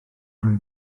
rhoi